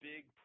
Big